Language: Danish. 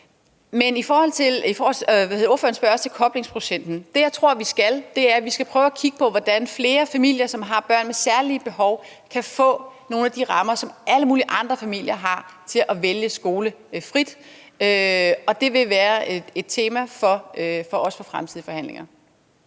om koblingsprocenten vil jeg sige, at jeg tror, vi skal prøve at kigge på, hvordan flere familier, som har børn med særlige behov, kan få nogle af de rammer, som alle mulige andre familier har, til frit at vælge skole, og det vil være et tema for os i fremtidige forhandlinger.